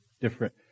different